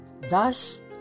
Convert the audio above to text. Thus